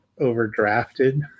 overdrafted